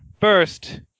First